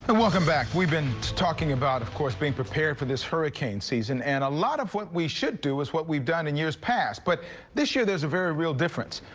and welcome back we've been talking about of course being prepared for this hurricane season and a lot of what we should do is what we've done in years past but this year there's a very real difference.